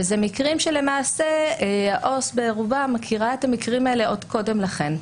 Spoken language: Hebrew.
אלה מקרים שלמעשה העובד הסוציאלי מכיר את רוב המקרים האלה עוד קודם לכן,